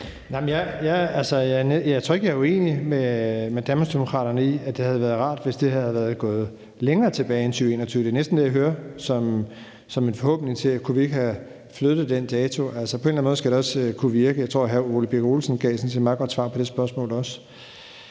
Jeg tror ikke, at jeg er uenig med Danmarksdemokraterne i, at det havde været rart, hvis det her var gået længere tilbage end 2021. Det er næsten det, jeg hører, altså en forhåbning om, om ikke man kunne have flyttet den dato. På en eller anden måde skal det også kunne virke. Jeg tror, at hr. Ole Birk Olesen sådan set gav et meget godt svar på det spørgsmål.